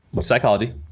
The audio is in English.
Psychology